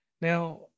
Now